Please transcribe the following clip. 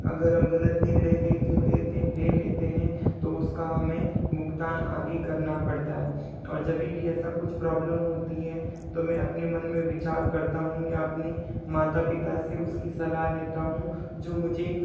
अगर हम गलत निर्णय लेते ले लेते है तो उसका भुगतान हमें आगे करना पड़ता है और जभी भी ऐसी प्रॉब्लम होती है तो मैं अपने मन में विचार करता हूँ या अपनी माता पिता से उसकी सलाह लेता हूँ जो मुझे